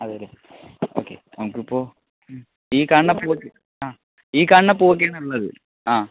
അതെയല്ലേ ഓക്കേ നമ്മക്കിപ്പോൾ ഈ കാണുന്ന പൂവൊക്കെ ആ ഈ കാണണ പൂവൊക്കെയാണുള്ളത് ആ